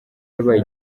yabaye